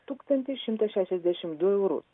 tūkstantį šimtą šešiasdešimt du eurus